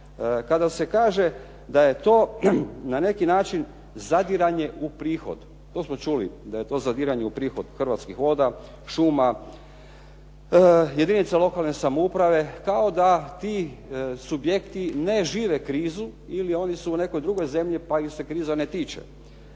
kada se kaže da je to na neki način zadiranje u prihod. To smo čuli da je to zadiranje u prihod Hrvatskih voda, šuma, jedinica lokalne samouprave, kao da ti subjekti ne žive krizu ili oni su u nekoj drugoj zemlji pa ih se kriza ne tiče.